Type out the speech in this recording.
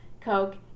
Coke